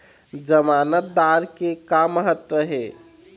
जमानतदार के का महत्व हे?